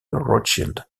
rothschild